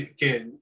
Again